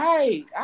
Right